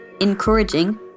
encouraging